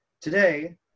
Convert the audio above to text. Today